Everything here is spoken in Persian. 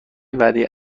وعده